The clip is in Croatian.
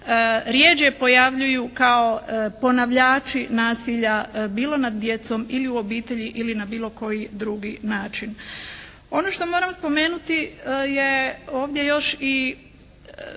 rjeđe pojavljuju kao ponavljači nasilja bilo nad djecom ili u obitelji ili na bilo koji drugi način. Ono što moram spomenuti je ovdje još i